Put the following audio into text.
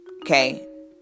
okay